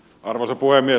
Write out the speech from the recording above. arvoisa puhemies